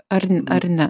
ar ar ne